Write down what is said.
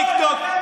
טיקטוק,